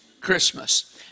Christmas